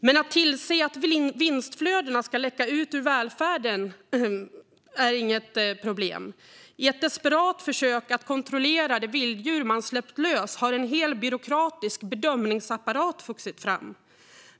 Men att tillse att vinstflöden ska läcka ut ur välfärden är inget problem. I ett desperat försök att kontrollera det vilddjur man släppt lös har en hel byråkratisk bedömningsapparat vuxit fram.